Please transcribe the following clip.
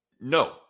no